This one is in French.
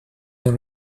dans